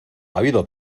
habido